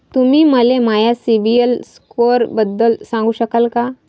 तुम्ही मले माया सीबील स्कोअरबद्दल सांगू शकाल का?